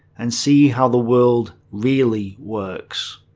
and see how the world really works.